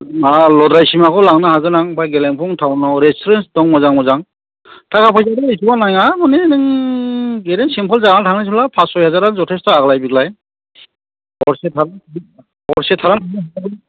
माबा लद्रायसिमखौ लांनो हागोन आं ओमफ्राय गेलेफु टाउनाव रेस्तुरेन्ट दं मोजां मोजां थाखा फैसाखौबो एसेबां नाङा माने नों ओरैनो सिम्पोल जानानै थांनोसैब्ला फास सय हाजारानो जथेसस्थ' आग्लाय बिग्लाय हरसे थानाय हरसे थालांबावनो हायो